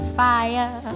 fire